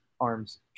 arms